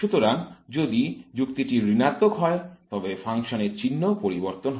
সুতরাং যদি যুক্তিটি ঋণাত্মক হয় তবে ফাংশনটির চিহ্ন পরিবর্তন হয়